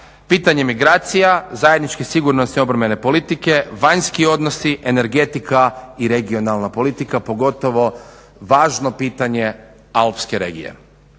pitanje migracija, zajedničke sigurnosne obrambene politike, vanjski odnosi, energetika i regionalna politika, pogotovo važno pitanje alpske regije.